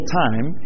time